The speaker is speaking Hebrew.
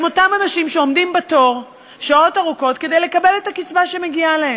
הם אותם אנשים שעומדים בתור שעות ארוכות כדי לקבל את הקצבה שמגיעה להם,